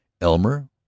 Elmer